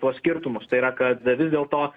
tuos skirtumus tai yra kad vis dėlto